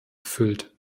erfüllt